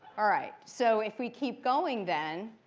all right, so if we keep going then,